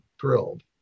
thrilled